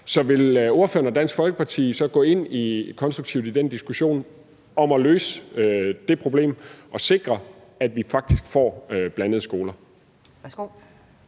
Så vil ordføreren og Dansk Folkeparti gå konstruktivt ind i den diskussion om at løse det problem og sikre, at vi faktisk får blandede skoler?